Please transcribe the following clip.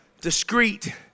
discreet